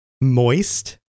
moist